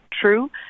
true